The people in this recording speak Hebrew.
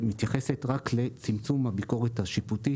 שמתייחסת רק לצמצום הביקורת השיפוטית